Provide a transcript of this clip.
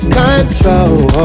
control